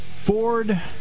Ford